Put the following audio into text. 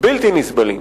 בלתי נסבלים.